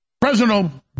President